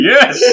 Yes